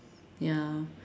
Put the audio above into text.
ya